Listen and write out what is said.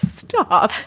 stop